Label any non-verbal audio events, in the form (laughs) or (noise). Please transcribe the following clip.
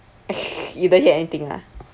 (laughs) you don't hear anything ah